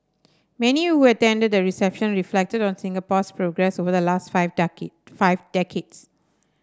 many who attended the reception reflected on Singapore's progress over the last five five decades